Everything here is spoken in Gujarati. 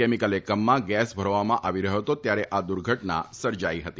કેમિકલ એકમમાં ગેસ ભરવામાં આવી રહ્યો ફતો ત્યારે આ દુર્ઘટના થઈ હતી